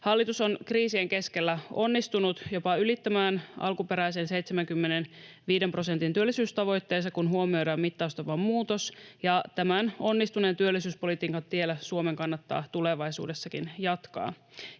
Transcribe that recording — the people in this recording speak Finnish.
Hallitus on kriisien keskellä onnistunut jopa ylittämään alkuperäisen 75 prosentin työllisyystavoitteensa, kun huomioidaan mittaustapamuutos, ja tämän onnistuneen työllisyyspolitiikan tiellä Suomen kannattaa tulevaisuudessakin jatkaa.